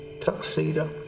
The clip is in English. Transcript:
Tuxedo